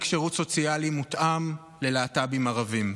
שירות סוציאלי מותאם ללהט"בים ערבים.